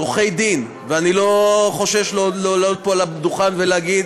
לעורכי-דין ואני לא חושש לעלות פה לדוכן ולהגיד